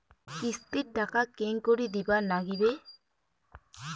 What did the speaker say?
কিস্তির টাকা কেঙ্গকরি দিবার নাগীবে?